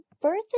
birth